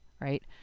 right